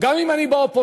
גם אם אני באופוזיציה.